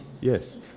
Yes